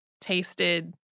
tasted